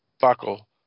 Buckle